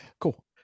Cool